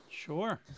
Sure